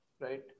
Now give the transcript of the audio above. right